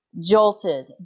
jolted